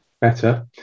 better